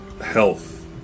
health